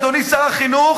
אדוני שר החינוך,